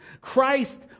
Christ